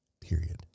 period